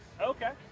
Okay